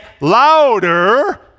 louder